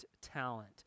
talent